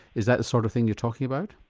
is that the sort of thing you're talking about?